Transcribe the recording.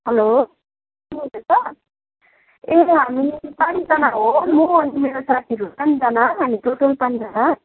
hello ए हामीहरू पाँचजना हो म अनि मेरो साथीहरू चारजना अनि टोटल पाँचजना